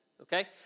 okay